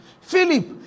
Philip